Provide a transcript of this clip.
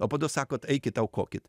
o po to sakot eikit aukokit